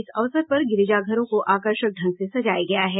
इस अवसर पर गिरिजाघरों को आकर्षक ढंग से सजाया गया है